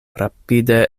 rapide